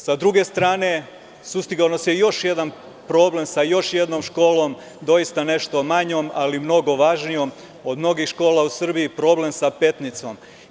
Sa druge strane, sustigao nas je još jedan problem sa još jednom školom, doista nešto manjom, ali mnogo važnijom od mnogih škola u Srbiji, problem sa Petnicom.